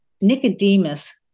Nicodemus